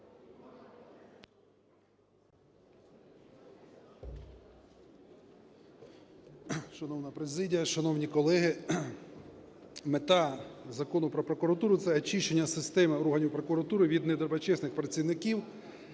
Шановна президія, шановні колеги! Мета Закону "Про прокуратуру" – це очищення системи органів прокуратури від не доброчесних працівників